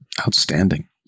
Outstanding